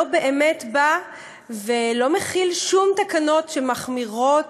לא באמת בא ולא מחיל שום תקנות שמחמירות